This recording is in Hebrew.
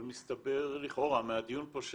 אבל מסתבר לכאורה מהדיון פה,